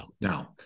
Now